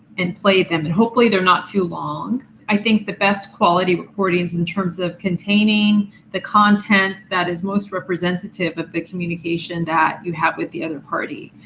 and play them. and hopefully they're not too long. i think the best quality recordings in terms of containing the content that is most representative of the communication that you have with the other party.